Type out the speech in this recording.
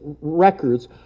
records